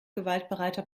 gewaltbereiter